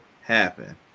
happen